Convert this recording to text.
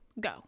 go